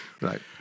Right